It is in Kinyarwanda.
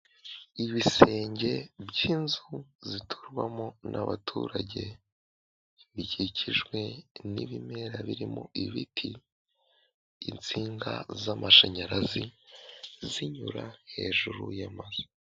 Ibisenge by'inzu ziturwamo n'abaturage bikikijwe n'ibimera birimo ibiti, insinga z' amashanyarazi zinyura hejuru y'amazu.